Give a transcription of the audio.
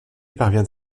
parvient